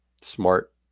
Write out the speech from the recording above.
smart